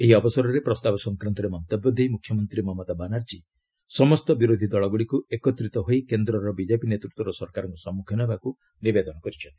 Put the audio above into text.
ଏହି ଅବସରରେ ପ୍ରସ୍ତାବ ସଂକ୍ରାନ୍ତରେ ମନ୍ତବ୍ୟ ଦେଇ ମୁଖ୍ୟମନ୍ତ୍ରୀ ମମତା ବାନାର୍ଜୀ ସମସ୍ତ ବିରୋଧୀ ଦଳଗୁଡ଼ିକୁ ଏକତ୍ରିତ ହୋଇ କେନ୍ଦ୍ରର ବିଜେପି ନେତୃତ୍ୱ ସରକାରଙ୍କର ସମ୍ମୁଖୀନ ହେବାକୁ ନିବେଦନ କରିଛନ୍ତି